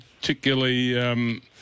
particularly